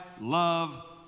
love